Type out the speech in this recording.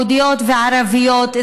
יהודיות וערביות,